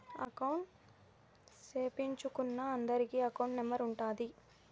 account సేపిచ్చుకున్నా అందరికి account number ఉంటాది